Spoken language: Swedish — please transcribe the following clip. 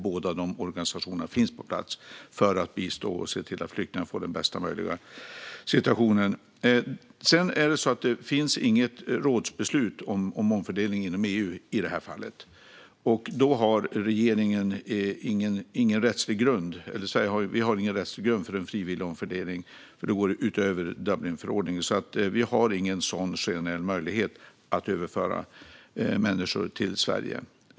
Båda dessa organisationer finns på plats för att bistå och se till att flyktingarna får den bästa möjliga situationen. Det finns inget rådsbeslut om omfördelning inom EU i det här fallet. Då har Sverige ingen rättslig grund för en frivillig omfördelning, för det går utöver Dublinförordningen. Vi har därför ingen generell möjlighet att överföra människor till Sverige.